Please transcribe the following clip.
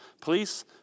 police